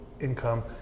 income